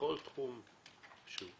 בכל תחום שהוא.